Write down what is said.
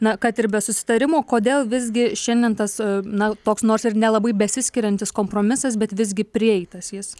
na kad ir be susitarimo kodėl visgi šiandien tas na toks nors ir nelabai besiskiriantis kompromisas bet visgi prieitas jis